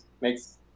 makes